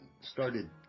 started